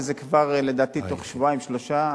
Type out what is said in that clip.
ולדעתי כבר בתוך שבועיים-שלושה,